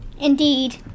Indeed